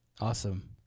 Awesome